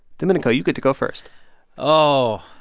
domenico, you get to go first oh,